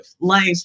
life